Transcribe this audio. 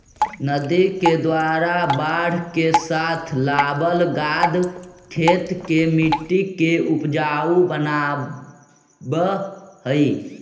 नदि के द्वारा बाढ़ के साथ लावल गाद खेत के मट्टी के ऊपजाऊ बनाबऽ हई